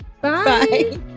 Bye